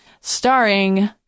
starring